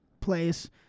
place